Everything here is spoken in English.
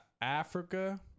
Africa